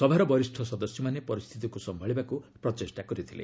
ସଭାର ବରିଷ୍ଠ ସଦସ୍ୟମାନେ ପରିସ୍ଥିତିକୁ ସମ୍ଭାଳିବାକୁ ପ୍ରଚେଷ୍ଟା କରିଥିଲେ